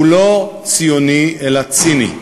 הוא לא ציוני, אלא ציני.